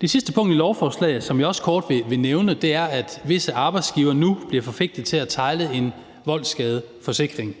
Det sidste punkt i lovforslaget, som jeg også kort vil nævne, er, at visse arbejdsgivere nu bliver forpligtet til at tegne en voldsskadeforsikring.